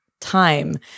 time